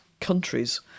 countries